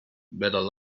better